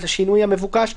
אז השינוי המבוקש,